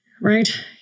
right